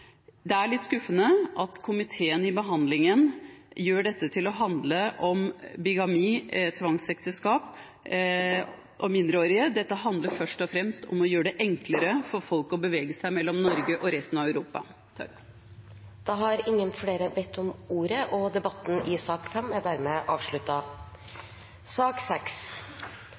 Det er litt skuffende at komiteen i behandlingen gjør dette til å handle om bigami, tvangsekteskap og mindreårige. Dette handler først og fremst om å gjøre det enklere for folk å bevege seg mellom Norge og resten av Europa. Flere har ikke bedt om ordet til sak nr. 5. Etter ønske fra kommunal- og